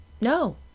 no